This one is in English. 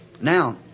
now